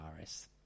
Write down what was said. RS